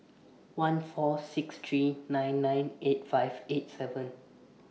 one four six three nine nine eight five eight seven